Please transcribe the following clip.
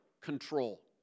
control